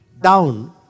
down